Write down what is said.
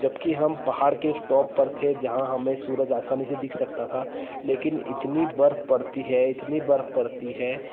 जबकि हम पहाड़ के उस टॉप पर थे जहाँ हमें सूरज आसानी से दिख सकता था लेकिन इतनी बर्फ़ पड़ती है इतनी बर्फ़ पड़ती है